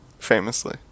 Famously